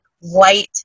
white